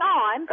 on